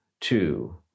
Two